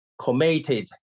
committed